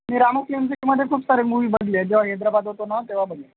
मी Ramoji film सिटीमध्ये खूप सारे मूवी बघितले जेव्हा हैदराबाद होतो ना तेव्हा बघितले